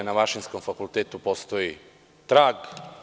Na Mašinskom fakultetu postoji trag.